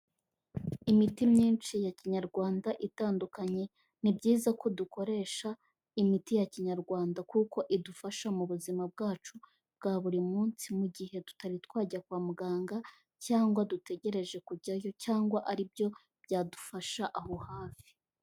Imiti myinshi ya kinyarwanda itandukanye. Ni byiza ko dukoresha imiti ya kinyarwanda, kuko idufasha mu buzima bwacu bwa buri munsi, mu gihe tutari twajya kwa muganga, cyangwa dutegereje kujyayo cyangwa ari byo byadufasha aho hafi.